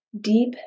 deep